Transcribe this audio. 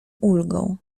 ulgą